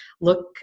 look